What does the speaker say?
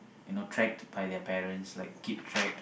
you know tracked by their parents like keep tracked